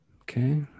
Okay